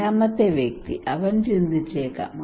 നാലാമത്തെ വ്യക്തി അവൻ ചിന്തിച്ചേക്കാം